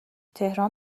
تهران